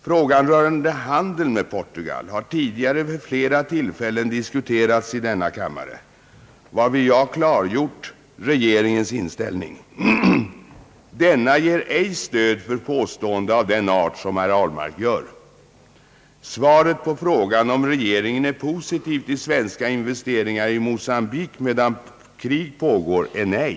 Frågan rörande handeln med Portugal har tidigare vid flera tillfällen diskuterats i denna kammare, varvid jag klargjort regeringens inställning. Denna ger ej stöd för påstående av den art som herr Ahlmark gör. Svaret på frågan om regeringen är Ppositiv till svenska investeringar i Mocambique medan krig pågår är nej.